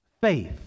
Faith